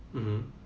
mmhmm